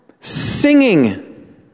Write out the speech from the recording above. singing